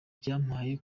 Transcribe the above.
byampaye